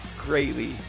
greatly